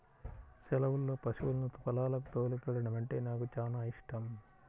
సెలవుల్లో పశువులను పొలాలకు తోలుకెల్లడమంటే నాకు చానా యిష్టం